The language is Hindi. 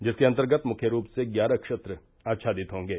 जिसके अन्तर्गत मुख्य रूप से ग्यारह क्षेत्र आच्छादित होंगे